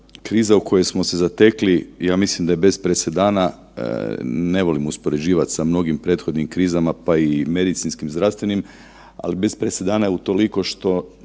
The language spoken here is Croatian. Kriza u kojoj smo se zatekli ja mislim da je bez presedana, ne volim uspoređivat sa mnogim prethodnim krizama pa i medicinskim, zdravstvenim ali bez presedana je utoliko što